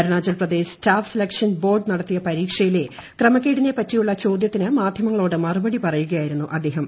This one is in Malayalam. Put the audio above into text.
Arunachal Pradesh staff selection board നടത്തിയ പരീക്ഷയിലെ ക്രമക്കേടിനെപറ്റിയുള്ള ചോദൃത്തിന് മാധ്യമങ്ങളോട് മറുപടി പറയുകയായിരുന്നു അദ്ദേഹം